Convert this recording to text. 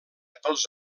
pels